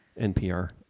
NPR